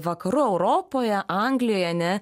vakarų europoje anglijoj ane